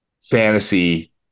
fantasy